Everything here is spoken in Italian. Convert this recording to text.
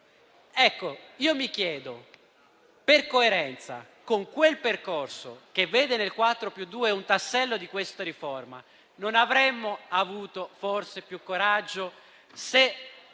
Ecco, io mi chiedo, per coerenza con quel percorso che vede nel 4+2 un tassello di questa riforma, non avremmo avuto forse più coraggio se